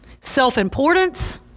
self-importance